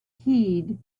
heed